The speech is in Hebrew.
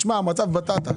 תשמע, המצב בטטה.